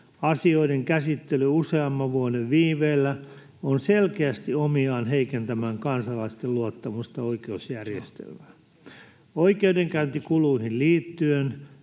Asioiden käsittely useamman vuoden viiveellä on selkeästi omiaan heikentämään kansalaisten luottamusta oikeusjärjestelmään. Oikeudenkäyntikuluihin liittyen